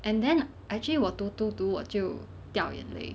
and then actually 我读读读我就掉眼泪